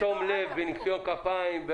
שזה נעשה בתום לב, בניקיון כפיים.